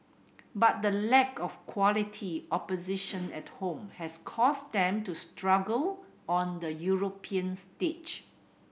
but the lack of quality opposition at home has caused them to struggle on the European stage